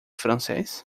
francês